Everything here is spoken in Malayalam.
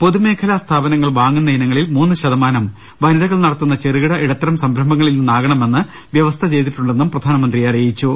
പൊതു മേഖല സ്ഥാപനങ്ങൾ വാ ങ്ങുന്നയിനങ്ങളിൽ മൂന്ന് ശതമാനം വനിതകൾ നടത്തുന്ന ചെറുകിട ഇടത്ത രം സംരംഭങ്ങളിൽ നിന്നാകണമെന്ന് വൃവസ്ഥ ചെയ്തിട്ടുണ്ടെന്നും പ്രധാനമ ന്ത്രി അറിയിച്ചു